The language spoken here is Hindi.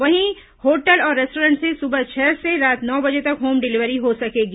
वहीं होटल और रेस्टोरेंट से सुबह छह से रात नौ बजे तक होम डिलेवरी हो सकेंगी